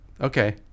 okay